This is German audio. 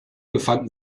befanden